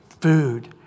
food